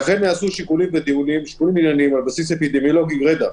אכן נעשו שיקולים ענייניים ודיונים על בסיס אפידמיולוגי גרידא.